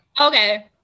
Okay